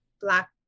Black